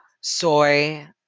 soy